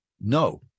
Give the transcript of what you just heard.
No